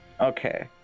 Okay